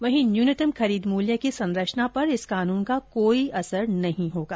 वहीं न्यूनतम खरीद मुल्य की संरचना पर इस कानून का कोई असर नहीं होगा